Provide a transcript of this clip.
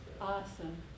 Awesome